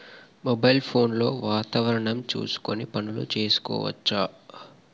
Mobile phone లో వాతావరణం చూసుకొని పనులు చేసుకోవచ్చా?